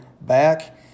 back